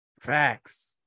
Facts